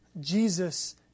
Jesus